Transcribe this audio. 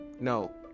No